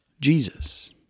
Jesus